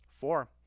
Four